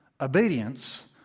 obedience